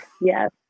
yes